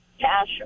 Cash